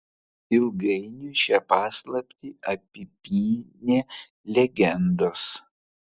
ilgainiui šią paslaptį apipynė legendos